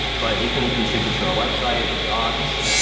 but you can contribute to our website, the docs,